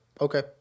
okay